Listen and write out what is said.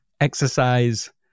exercise